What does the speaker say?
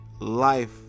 life